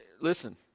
Listen